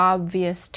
obvious